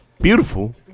Beautiful